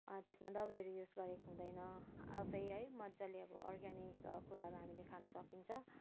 त्यसमा दबाईहरू युज गरेको हुँदैन आफै है मजाले अब अर्ग्यानिक कुराहरू हामीले खान सकिन्छ